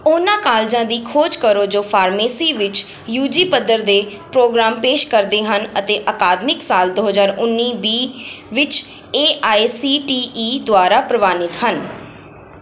ਉਹਨਾਂ ਕਾਲਜਾਂ ਦੀ ਖੋਜ ਕਰੋ ਜੋ ਫਾਰਮੇਸੀ ਵਿੱਚ ਯੂ ਜੀ ਪੱਧਰ ਦੇ ਪ੍ਰੋਗਰਾਮ ਪੇਸ਼ ਕਰਦੇ ਹਨ ਅਤੇ ਅਕਾਦਮਿਕ ਸਾਲ ਦੋ ਹਜ਼ਾਰ ਉੱਨੀ ਵੀਹ ਵਿੱਚ A I C T E ਦੁਆਰਾ ਪ੍ਰਵਾਨਿਤ ਹਨ